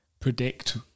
predict